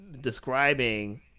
Describing